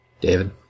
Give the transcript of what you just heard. David